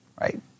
right